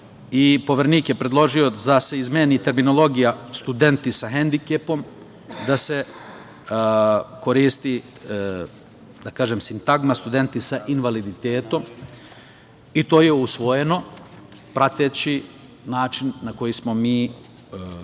i Poverenik je predložio da se izmeni terminologija studenti sa hendikepom, da se koristi, da kažem, sintagma studenti sa invaliditetom i to je usvojeno prateći način na koji smo mi koristili